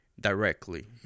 directly